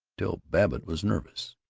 till babbitt was nervous.